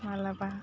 मालाबा